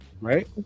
right